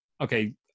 okay